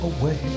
away